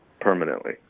permanently